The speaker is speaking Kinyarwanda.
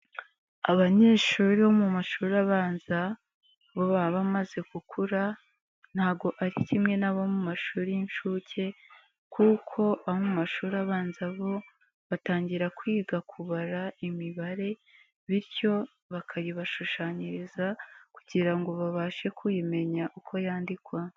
Abanyeshuri bo mu mashuri abanza bo baba bamaze gukura, ntago ari kimwe n'abo mu mashuri y inshuke ,kuko abo mu mashuri abanza bo batangira kwiga kubara imibare, bityo bakayibashushanyiriza kugira ngo babashe kuyimenya uko yandikwa.